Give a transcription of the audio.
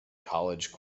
college